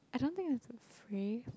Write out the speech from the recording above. I don't think it's free